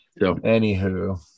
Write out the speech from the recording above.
anywho